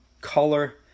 Color